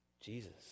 Jesus